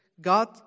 God